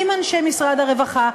עם אנשי משרד הרווחה,